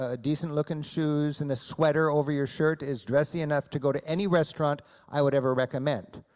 ah decent looking shoes, and a sweater over your shirt is dressy enough to go to any restaurant i would ever recommend.